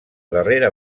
darrera